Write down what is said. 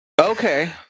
Okay